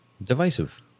divisive